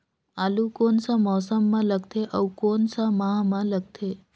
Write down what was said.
आलू कोन सा मौसम मां लगथे अउ कोन सा माह मां लगथे?